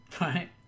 right